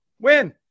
Win